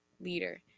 leader